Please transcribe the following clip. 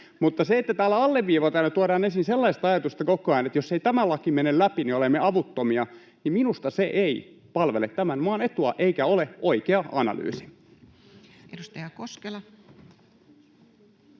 minusta se, että täällä alleviivataan ja tuodaan esiin koko ajan sellaista ajatusta, että jos ei tämä laki mene läpi, niin olemme avuttomia, ei palvele tämän maan etua eikä ole oikea analyysi. Edustaja Koskela.